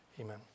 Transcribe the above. amen